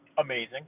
Amazing